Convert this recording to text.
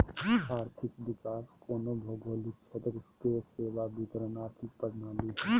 आर्थिक विकास कोनो भौगोलिक क्षेत्र के सेवा वितरण आर्थिक प्रणाली हइ